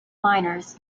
minors